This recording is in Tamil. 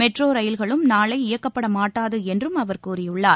மெட்ரோ ரயில்களும் நாளை இயக்கப்படமாட்டாது என்றும் அவர் கூறியுள்ளார்